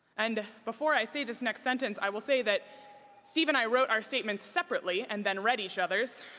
and before i say this next sentence, i will say that steve and i wrote our statements separately and then read each other's,